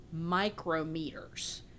micrometers